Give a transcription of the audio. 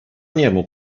niemu